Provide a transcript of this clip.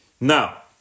Now